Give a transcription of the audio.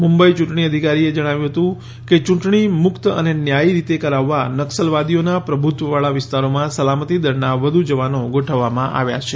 મુંબઈ યૂંટણી અધિકારીએ જણાવ્યું હતું કે યૂંટણી મુક્ત અને ન્યાથી રીતે કરાવવા નક્સલવાદીઓના પ્રભુત્વવાળા વિસ્તારોમાં સલામતી દળના વધુ જવાનો ગોઠવવામાં આવ્યા છે